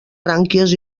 brànquies